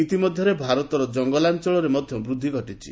ଇତିମଧ୍ୟରେ ଭାରତର ଜଙ୍ଗଲାଞଳରେ ମଧ୍ୟ ବୃଦ୍ଧି ଘଟିଛି